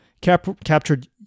captured